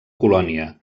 colònia